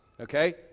okay